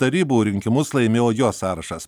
tarybų rinkimus laimėjo jo sąrašas